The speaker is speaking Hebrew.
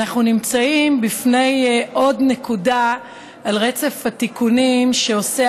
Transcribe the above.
אנחנו נמצאים בפני עוד נקודה על רצף התיקונים שעושה